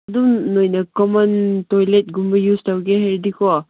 ꯑꯗꯨꯝ ꯅꯣꯏꯅ ꯀꯃꯟ ꯇꯣꯏꯂꯦꯠꯒꯨꯝꯕ ꯌꯨꯁ ꯇꯧꯒꯦ ꯍꯥꯏꯔꯗꯤꯀꯣ